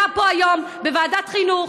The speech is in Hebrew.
היה פה היום בוועדת חינוך